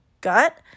gut